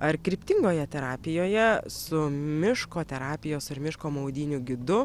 ar kryptingoje terapijoje su miško terapijos ar miško maudynių gidu